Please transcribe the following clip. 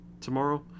tomorrow